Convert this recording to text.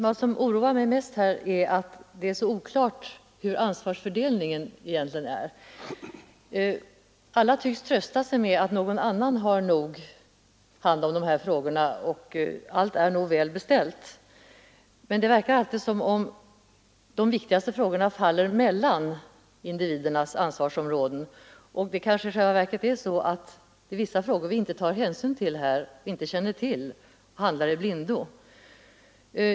Herr talman! Vad som oroar mig mest är att ansvarsfördelningen är så oklar. Alla tycks trösta sig med att någon annan har hand om de här frågorna och allt är nog välbeställt. Det verkar alltid som om de viktigaste frågorna faller mellan individernas ansvarsområden. Det kanske i själva verket är så att det är vissa frågor som ingen tar ansvar för utan att vi handlar i blindo.